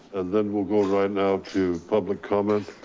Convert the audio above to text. and then we'll go right now to public comment.